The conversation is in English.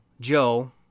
Joe